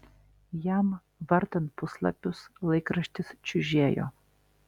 jam vartant puslapius laikraštis čiužėjo